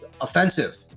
offensive